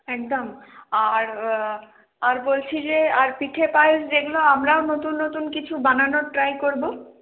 একদম আর আর বলছি যে আর পিঠে পায়েস যেগুলো আমরাও নতুন নতুন কিছু বানানোর ট্রাই করব